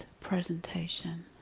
presentation